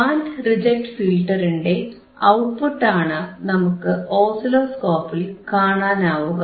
band reject ഫിൽറ്ററിന്റെ output ആണ് നമുക്ക് ഓസിലോസ്കോപ്പിൽ കാണാനാവുക